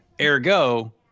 ergo